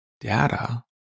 data